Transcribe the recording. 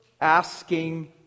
asking